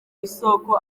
isoko